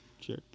Sure